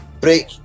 break